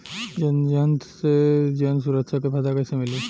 जनधन से जन सुरक्षा के फायदा कैसे मिली?